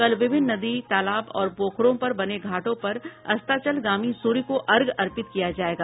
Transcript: कल विभिन्न नदी तालाब और पोखरों पर बने घाटों पर अस्ताचलगामी सूर्य को अर्घ्य अर्पित किया जायेगा